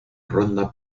ronda